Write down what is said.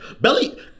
Belly